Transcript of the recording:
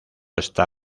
está